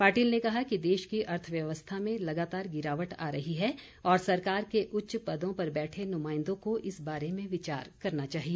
पाटिल ने कहा कि देश की अर्थव्यवस्था में लगातार गिरावट आ रही है और सरकार के उच्च पदों पर बैठे नुमाईदो को इस बारे में विचार करना चाहिए